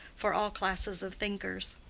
for all classes of thinkers.